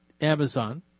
Amazon